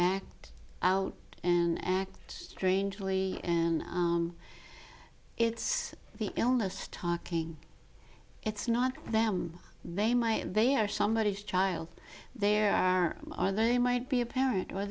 act and act strangely and it's the illness talking it's not them they my they are somebodies child there are are they might be a parent or